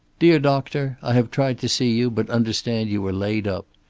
dear doctor i have tried to see you, but understand you are laid up.